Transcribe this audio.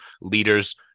leaders